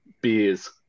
beers